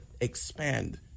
expand